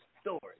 story